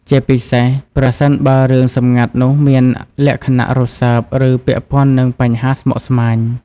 ជាពិសេសប្រសិនបើរឿងសម្ងាត់នោះមានលក្ខណៈរសើប ឬពាក់ព័ន្ធនឹងបញ្ហាស្មុគស្មាញ។